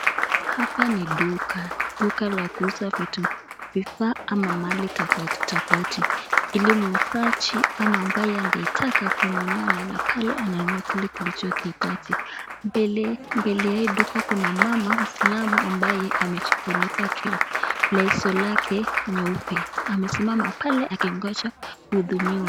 Hapa ni duka, duka la kuuza vitu vifaa ama mali tofauti tofauti. Ili muuzaji ama ambaye angeitaka kuinunua anaenda pale ananunua kile kilichokihitaji. Mbele mbele ya duka kuna mama Muislamu ambaye amejifunika leso lake nyeupe. Amesimama pale akingoja kuhudumiwa.